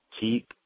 Keep